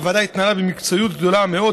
הוועדה התנהלה במקצועיות גדולה מאוד,